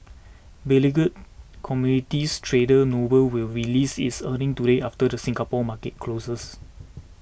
beleaguered commodities trader Noble will release its earnings today after the Singapore market closes